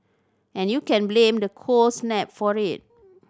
and you can blame the cold snap for it